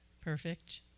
perfect